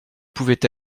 pouvait